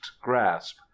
grasp